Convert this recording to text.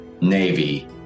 Navy